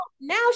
now